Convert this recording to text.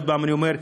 עוד פעם אני אומר,